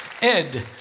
Ed